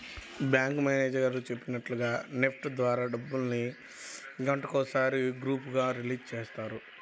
bank manager గారు చెప్పినట్లుగా NEFT ద్వారా డబ్బుల్ని గంటకొకసారి గ్రూపులుగా రిలీజ్ చేస్తారు